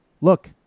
look